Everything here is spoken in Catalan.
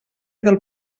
del